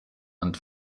and